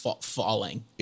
falling